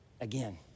again